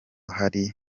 hakiri